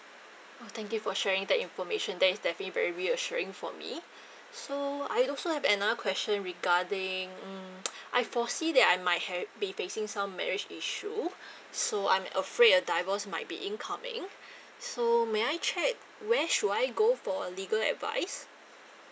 oh thank you for sharing that information that is definitely very reassuring for me so I also have another question regarding mm I foresee that I might have be facing some marriage issue so I'm afraid a divorce might be incoming so may I check where should I go for legal advice